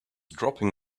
dropping